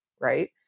right